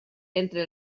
entre